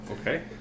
Okay